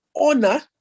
honor